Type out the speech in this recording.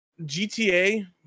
GTA